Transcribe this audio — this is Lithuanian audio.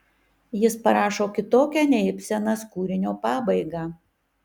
jis parašo kitokią nei ibsenas kūrinio pabaigą